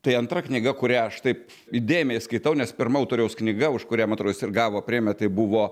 tai antra knyga kurią aš taip įdėmiai skaitau nes pirma autoriaus knyga už kurią man atrodo jis ir gavo premiją tai buvo